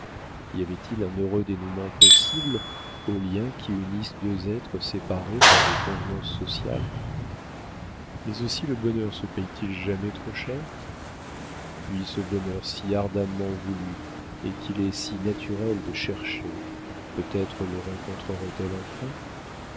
y avait-il un heureux dénouement possible aux liens qui unissent deux êtres séparés par des convenances sociales mais aussi le bonheur se paie t il jamais trop cher puis ce bonheur si ardemment voulu et qu'il est si naturel de chercher peut-être le rencontrerait elle enfin